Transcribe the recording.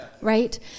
right